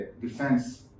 defense